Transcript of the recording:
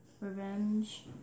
Revenge